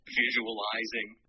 visualizing